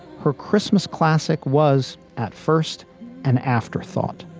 her christmas classic was at first an afterthought